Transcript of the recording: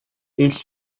its